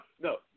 no